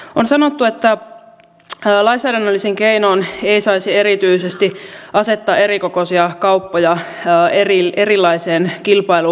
on sanottu että lainsäädännöllisin keinoin ei saisi erityisesti asettaa erikokoisia kauppoja erilaiseen kilpailuasemaan